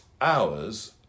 hours